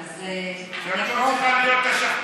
את לא מוכרחה להיות השכפ"ץ.